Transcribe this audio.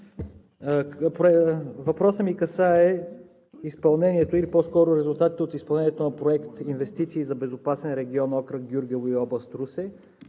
Въпросът ми касае изпълнението или по-скоро резултатите от изпълнението на проект „Инвестиции за безопасен регион“ – окръг Гюргево и област Русе,